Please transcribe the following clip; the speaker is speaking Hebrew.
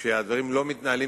שהדברים לא מתנהלים,